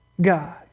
God